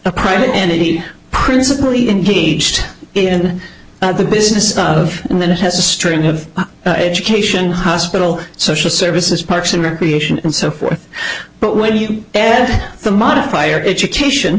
a private entity principly impeached in the business of and then it has a string of education hospital social services parks and recreation and so forth but when you air the modifier education